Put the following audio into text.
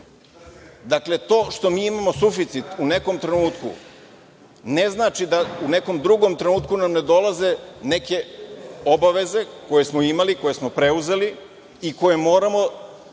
Dakle, to što mi imamo suficit u nekom trenutku ne znači da u nekom drugom trenutku nam ne dolaze neke obaveze koje smo imali, koje smo preuzeli i koje moramo